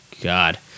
God